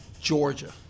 Georgia